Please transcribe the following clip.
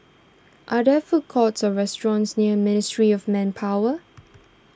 are there food courts or restaurants near Ministry of Manpower